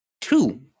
two